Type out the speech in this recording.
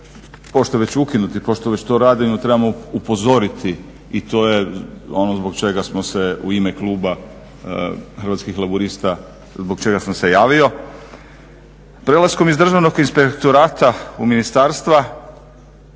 Pošto je već ukinut i pošto već to radimo trebamo upozoriti i to je ono zbog čega smo se u ime kluba Hrvatskih laburista i zbog čega sam se javio. Prelaskom iz Državnog inspektorata u ministarstva